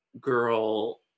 girl